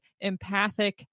empathic